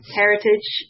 heritage